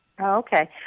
Okay